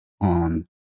on